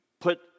put